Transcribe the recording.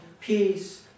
peace